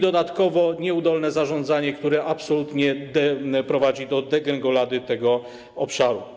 Dodatkowo nieudolne zarządzanie, które absolutnie prowadzi do degrengolady tego obszaru.